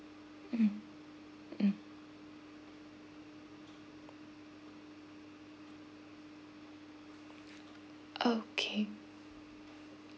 mm mm okay